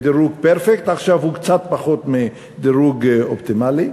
דירוג פרפקט, עכשיו הוא קצת פחות מדירוג אופטימלי,